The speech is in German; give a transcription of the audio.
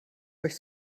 euch